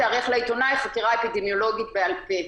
תיערך לעיתונאי חקירה אפידמיולוגית בעל-פה.